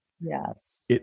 Yes